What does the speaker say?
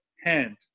hand